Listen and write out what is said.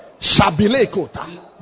Shabilekota